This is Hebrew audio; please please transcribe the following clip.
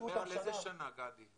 קלטו אותם --- אתה מדבר על איזה שנה, גדי?